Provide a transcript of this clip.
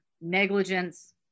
Negligence